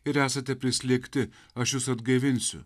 ir esate prislėgti aš jus atgaivinsiu